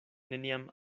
neniam